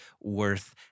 worth